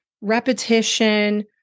repetition